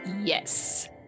yes